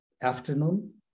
afternoon